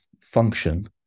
function